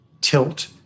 tilt